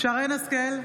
שרן מרים השכל,